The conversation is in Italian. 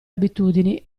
abitudini